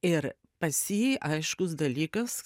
ir pas jį aiškus dalykas